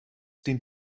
dient